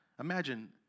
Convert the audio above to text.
imagine